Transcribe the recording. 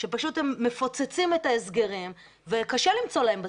שפשוט הם מפוצצים את ההסגרים וקשה למצוא להם בתים.